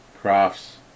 crafts